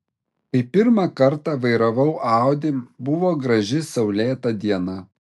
kai pirmą kartą vairavau audi buvo graži saulėta diena